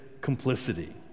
complicity